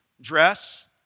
dress